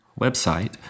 website